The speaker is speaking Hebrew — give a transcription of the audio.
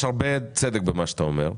יש הרבה צדק במה שאתה אומר.